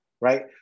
right